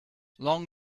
long